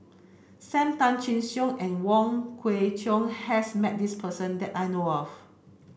Sam Tan Chin Siong and Wong Kwei Cheong has met this person that I know of